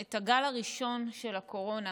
את הגל הראשון של הקורונה,